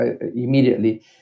immediately